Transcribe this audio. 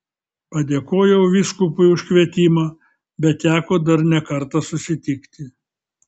padėkojau vyskupui už kvietimą bet teko dar ne kartą susitikti